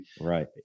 right